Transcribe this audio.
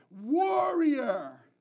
warrior